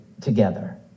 together